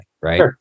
right